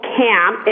camp